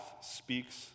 speaks